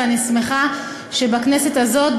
ואני שמחה שבכנסת הזאת,